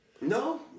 No